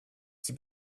qui